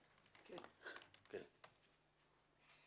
בבקשה.